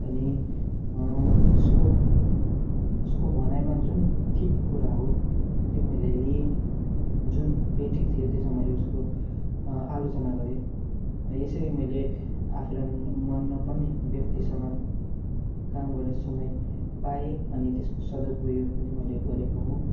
अनि उसको उसको भनाइमा जुन ठिक कुरा हो त्यो मैले लिएँ जुन बेठिक थियो त्यसमा मैले उसको आलोचना गरेँ यसरी मैले आफूलाई मन नपर्ने व्यक्तिसँग काम गर्ने समय पाएँ अनि त्यसको सदुपयोग पनि मैले गरेको हुँ